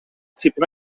tipyn